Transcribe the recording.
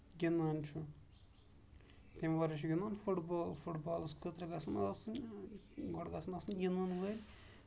گِندان چھُ تَمہِ وَرٲے چھُ گِندان فُٹ بال فُٹ بالَس خٲطرٕ گژھن آسںۍ گۄڈٕ گژھن آسنۍ گِندن وٲلۍ